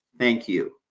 thank you.